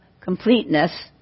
completeness